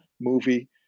movie